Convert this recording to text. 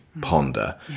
ponder